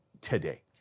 today